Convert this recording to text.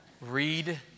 Read